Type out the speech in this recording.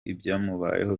ibyamubayeho